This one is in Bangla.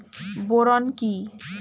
বোরন কি?